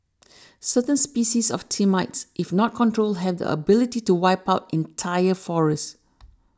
certain species of termites if not controlled have the ability to wipe out entire forests